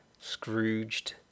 Scrooged